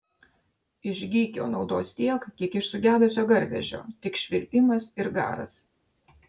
iš gykio naudos tiek kiek iš sugedusio garvežio tik švilpimas ir garas